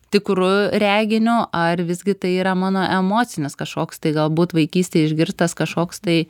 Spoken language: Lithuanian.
tikru reginiu ar visgi tai yra mano emocinis kažkoks tai galbūt vaikystėje išgirstas kažkoks tai